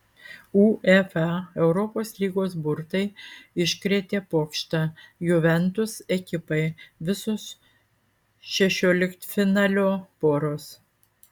uefa europos lygos burtai iškrėtė pokštą juventus ekipai visos šešioliktfinalio poros